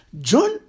John